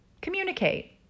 communicate